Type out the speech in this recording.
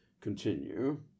continue